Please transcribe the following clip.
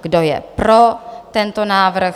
Kdo je pro tento návrh?